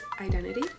Identity